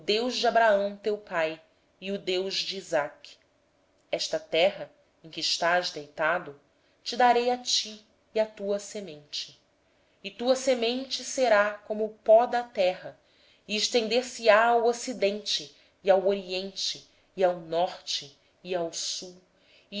de abraão teu pai e o deus de isaque esta terra em que estás deitado eu a darei a ti e à tua descendência e a tua descendência será como o pó da terra dilatar te ás para o ocidente para o oriente para o norte e para o sul